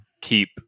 keep